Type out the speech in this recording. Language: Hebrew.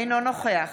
אינו נוכח